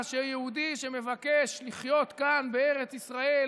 שהוא יהודי שמבקש לחיות כאן בארץ ישראל,